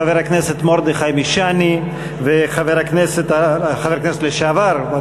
חבר הכנסת לשעבר מרדכי משעני וחבר הכנסת לשעבר הרב